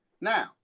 Now